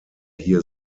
hier